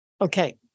Okay